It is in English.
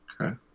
Okay